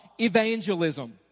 evangelism